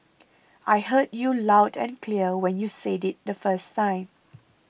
I heard you loud and clear when you said it the first time